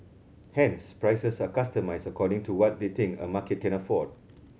hence prices are customised according to what they think a market can afford